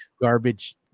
garbage